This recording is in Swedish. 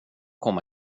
komma